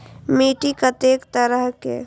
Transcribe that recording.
मिट्टी कतेक तरह के?